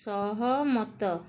ସହମତ